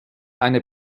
eine